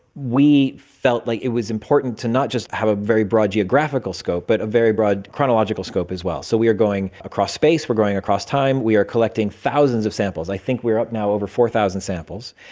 we felt like it was important to not just have a very broad geographical scope but a very broad chronological scope as well. so we are going across space, we are going across time, we are collecting thousands of samples. i think we are up now over four thousand samples.